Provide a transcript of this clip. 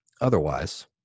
Otherwise